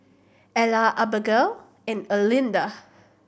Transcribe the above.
Ellar Abagail and Erlinda